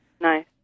Nice